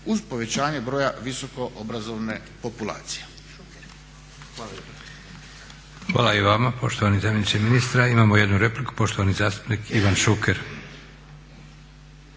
uz povećanje broja visokoobrazovne populacije.